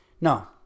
No